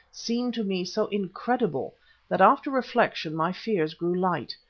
seemed to me so incredible that after reflection my fears grew light.